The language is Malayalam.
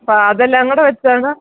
അപ്പം അതെല്ലാം കൂടെ വച്ചാണ്